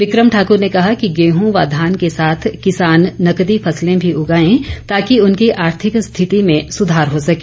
बिक्रम ठाकुर ने कहा कि गेहूं व धान के साथ किसान नकदी फसलें भी उगाए ताकि उनकी आर्थिक स्थिति में सुधार हो सके